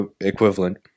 equivalent